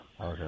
Okay